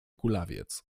kulawiec